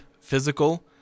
physical